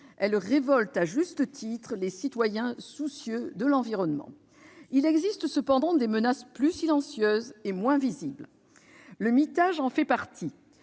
Celle-ci révolte à juste titre les citoyens soucieux de l'environnement. Il existe cependant des menaces plus silencieuses et moins visibles. Le mitage en fait partie.